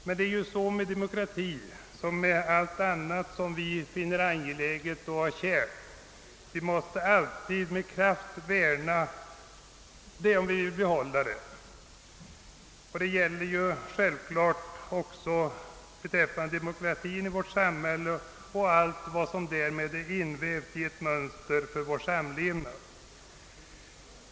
Men allt som vi finner angeläget och kärt måste vi värna med kraft. Detta gäller självklart också om demokratin i vårt samhälle och om allt som därmed är invävt i mönstret för vår samlevnad.